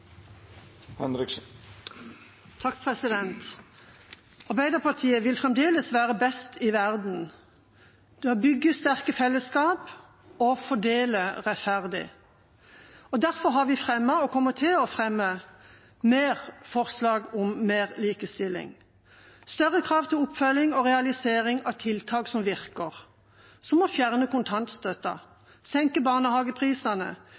Arbeiderpartiet vil fremdeles være best i verden på å bygge sterke fellesskap og fordele rettferdig. Derfor har vi fremmet og kommer til å fremme flere forslag om mer likestilling: større krav til oppfølging og realisering av tiltak som virker, som å fjerne kontantstøtten, senke barnehageprisene,